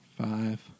five